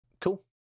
Cool